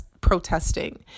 protesting